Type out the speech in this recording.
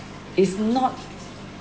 is not